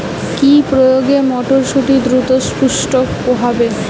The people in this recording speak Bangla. কি প্রয়োগে মটরসুটি দ্রুত পুষ্ট হবে?